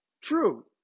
true